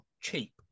cheap